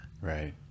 Right